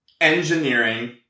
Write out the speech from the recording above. engineering